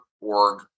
org